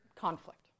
conflict